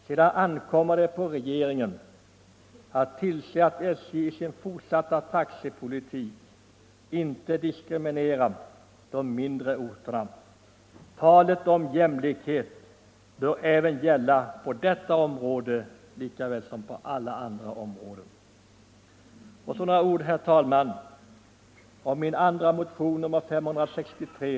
Sedan ankommer det på regeringen att tillse att SJ i sin fortsatta taxepolitik inte diskriminerar de mindre orterna. Talet om jämlikhet bör gälla på detta område lika väl som på alla andra områden. Och så några ord, herr talman, om min andra motion, nr 563.